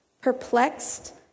perplexed